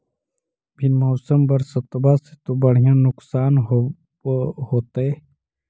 बिन मौसम बरसतबा से तो बढ़िया नुक्सान होब होतै?